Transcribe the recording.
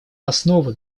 основу